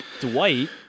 dwight